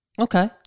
Okay